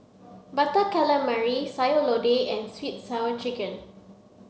butter calamari sayur lodeh and sweet sour chicken